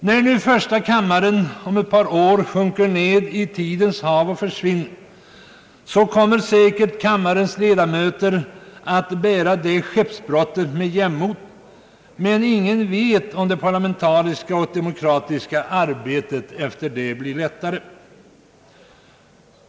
När första kammaren om ett par år sjunker ned i tidens hav och försvinner, kommer säkert kammarens ledamöter att bära detta skeppsbrott med jämnmod, men ingen vet, om det demokratiska och parlamentariska arbetet härefter blir lättare.